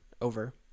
Over